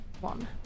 one